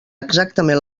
exactament